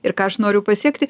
ir ką aš noriu pasiekti